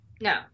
No